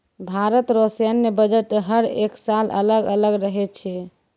भारत रो सैन्य बजट हर एक साल अलग अलग रहै छै